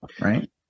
right